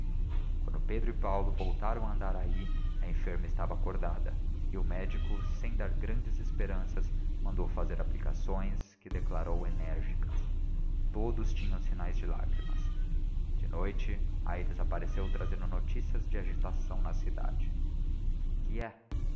quando pedro e paulo voltaram a andaraí a enferma estava acordada e o médico sem dar grandes esperanças mandou fazer aplicações que declarou enérgicas todos tinham sinais de lágrimas de noite aires apareceu trazendo notícias de agitação na cidade que é